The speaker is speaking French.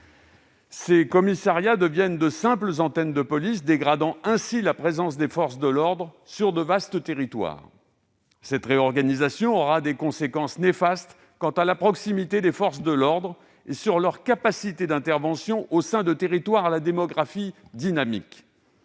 Ces commissariats deviennent de simples « antennes de police » et la présence des forces de l'ordre s'en trouve dégradée dans de vastes territoires. Cette réorganisation aura des conséquences néfastes pour la proximité des forces de l'ordre et leur capacité d'intervention au sein de territoires à la démographie dynamique.